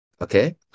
Okay